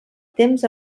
temps